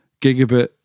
gigabit